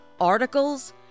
articles